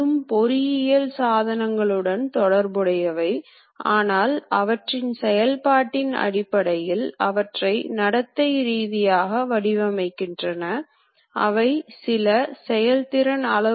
எனவே நாம் சர்வோமோட்டர் டிரைவ்கள் டிசி டிரைவ்கள் ஸ்டெப்பர் மோட்டார் அல்லது ஏசி டிரைவ்களைப் பயன்படுத்தலாம்